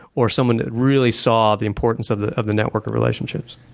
or someone that really saw the importance of the of the network of relationships.